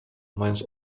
mając